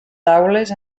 taules